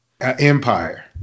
empire